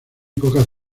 pocas